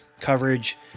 coverage